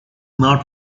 not